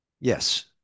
Yes